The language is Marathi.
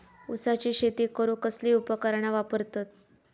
ऊसाची शेती करूक कसली उपकरणा वापरतत?